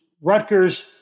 Rutgers